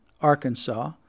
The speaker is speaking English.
Arkansas